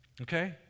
okay